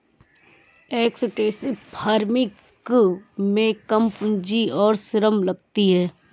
extensive farming में कम पूंजी और श्रम लगती है